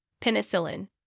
penicillin